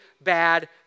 bad